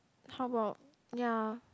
how about ya